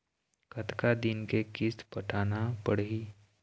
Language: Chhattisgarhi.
कतका दिन के किस्त पटाना पड़ही?